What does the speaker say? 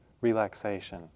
relaxation